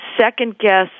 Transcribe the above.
second-guess